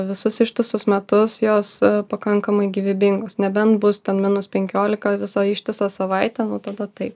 visus ištisus metus jos pakankamai gyvybingos nebent bus ten minus penkiolika visą ištisą savaitę nu tada taip